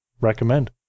recommend